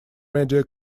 media